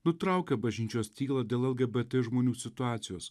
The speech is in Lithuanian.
nutraukia bažnyčios tylą dėl lgbt žmonių situacijos